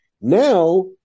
Now